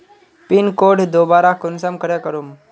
Pin code दोबारा कुंसम करे करूम?